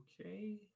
Okay